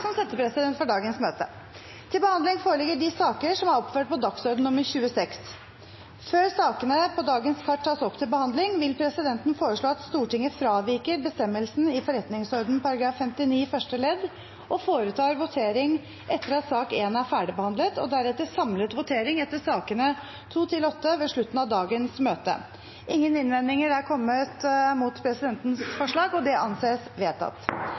som settepresident for dagens møte. Før sakene på dagens kart tas opp til behandling, vil presidenten foreslå at Stortinget fraviker bestemmelsen i forretningsordenens § 59 første ledd og foretar votering etter at sak nr. 1 er ferdigbehandlet, og deretter samlet votering etter sakene nr. 2–8 ved slutten av dagens møte. – Ingen innvendinger er kommet mot presidentens forslag, og det anses vedtatt.